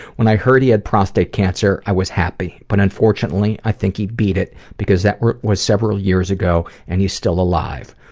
when i heard he had prostate cancer, i was happy but unfortunately, i think he beat it because that was several years ago and he's still alive.